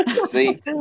see